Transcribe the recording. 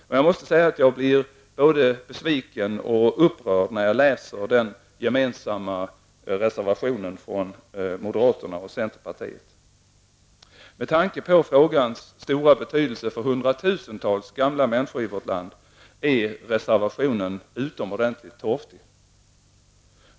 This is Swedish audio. Men jag måste säga att jag blir både besviken och upprörd när jag läser den gemensamma reservationen från moderaterna och centerpartiet. Med tanke på frågans stora betydelse för hundratusentals gamla människor i vårt land är reservationen utomordentligt torftig.